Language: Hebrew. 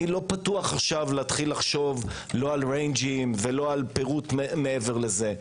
אני לא פתוח להתחיל עכשיו לחשוב לא על ריינג'ים ולא על פירוט מעבר לזה.